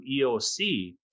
EOC